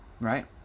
Right